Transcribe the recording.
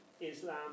Islam